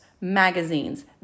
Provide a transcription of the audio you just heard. magazines